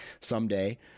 someday